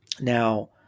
Now